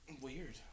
Weird